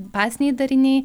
baziniai dariniai